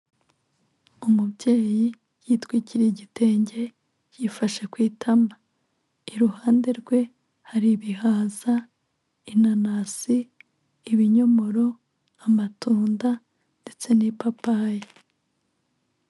Umubyeyi yitwikiriye igitenge yifashe ku itama, iruhande rwe hari ibihaza, inanasi, ibinyomoro, amatunda ndetse n'ipapayi.